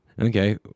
Okay